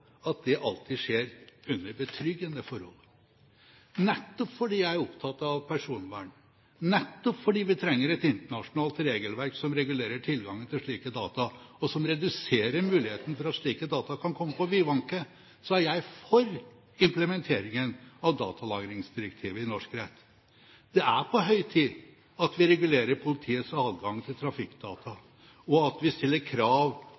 at det alltid skjer under betryggende forhold. Nettopp fordi jeg er opptatt av personvern, nettopp fordi vi trenger et internasjonalt regelverk som regulerer tilgangen til slike data, og som reduserer muligheter for at slike data kan komme på vidvanke, er jeg for implementeringen av datalagringsdirektivet i norsk rett. Det er på høy tid at vi regulerer politiets adgang til trafikkdata, og at vi stiller krav